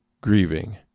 grieving